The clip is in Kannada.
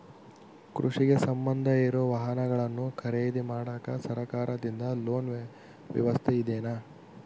ಕೃಷಿಗೆ ಸಂಬಂಧ ಇರೊ ವಾಹನಗಳನ್ನು ಖರೇದಿ ಮಾಡಾಕ ಸರಕಾರದಿಂದ ಲೋನ್ ವ್ಯವಸ್ಥೆ ಇದೆನಾ?